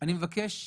אני מבקש,